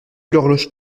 l’horloge